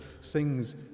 sings